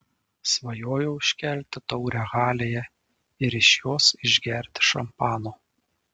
svajojau iškelti taurę halėje ir iš jos išgerti šampano